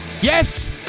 Yes